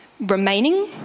remaining